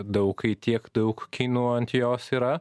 daug kai tiek daug kinų ant jos yra